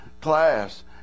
class